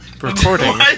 recording